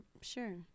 sure